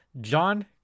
John